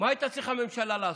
מה הייתה צריכה הממשלה לעשות?